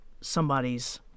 somebody's